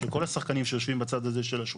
של כל השחקנים שיושבים בצד הזה של השולחן,